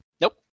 Nope